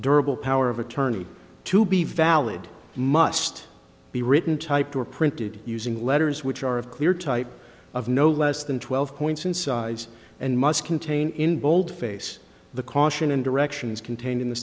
durable power of attorney to be valid must be written typed or printed using letters which are of clear type of no less than twelve points in size and must contain in bold face the caution and directions contained in the